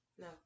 no